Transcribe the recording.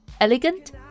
elegant